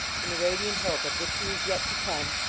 in the radiant hope of victories yet to come,